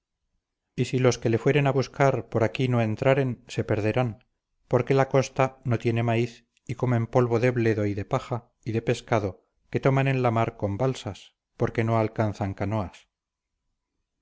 y si los que le fueren a buscar por aquí no entraren se perderán porque la costa no tiene maíz y comen polvo de bledo y de paja y de pescado que toman en la mar con balsas porque no alcanzan canoas